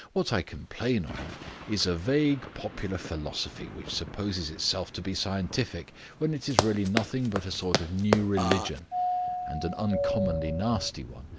what i complain of is a vague popular philosophy which supposes itself to be scientific when it is really nothing but a sort of new religion and an uncommonly nasty one.